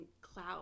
cloud